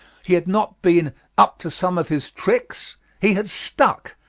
he had not been up to some of his tricks he had stuck,